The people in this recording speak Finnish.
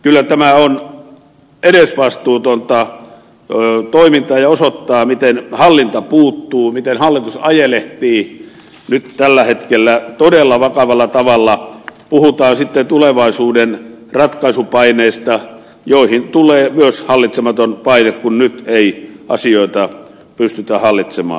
kyllä tämä on edesvastuutonta toimintaa ja osoittaa miten hallinta puuttuu miten hallitus ajelehtii nyt tällä hetkellä todella vakavalla tavalla puhutaan sitten tulevaisuuden ratkaisupaineista joihin tulee myös hallitsematon paine kun nyt ei asioita pystytä hallitsemaan